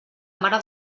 mare